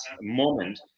moment